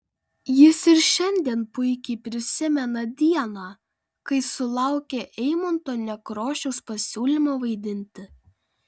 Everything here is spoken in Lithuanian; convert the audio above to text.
jis ir šiandien puikiai prisimena dieną kai sulaukė eimunto nekrošiaus pasiūlymo vaidinti